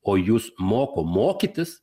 o jus moko mokytis